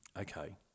Okay